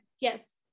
Yes